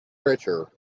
richer